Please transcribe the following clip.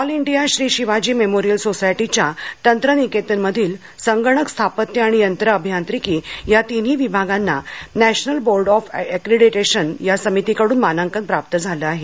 all India Shri Shivaji memorial सोसायटीच्या तंत्रनिकेतन मधील संगणक स्थापत्य आणि यंत्र अभियांत्रिकी या तीनही विभागांना नॅशनल बोर्ड ऑफ ऍक्रेडीटेशन समितीकडून मानांकन प्राप्त झालं आहे